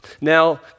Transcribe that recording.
Now